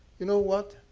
you know what?